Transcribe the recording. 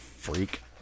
Freak